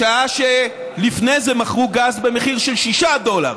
בשעה שלפני זה מכרו גז במחיר של 6 דולר,